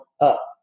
up